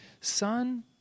son